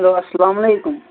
hello اسلام علیکُم